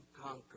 conquer